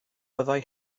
byddai